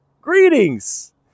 Greetings